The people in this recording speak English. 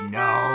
no